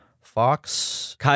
Fox